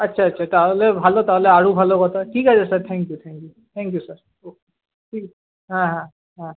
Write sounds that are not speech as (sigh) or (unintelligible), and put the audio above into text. আচ্ছা আচ্ছা তাহলে ভালো তাহলে আরও ভালো কথা ঠিক আছে sir thank you thank you thank you sir good (unintelligible) হুম হ্যাঁ হ্যাঁ হ্যাঁ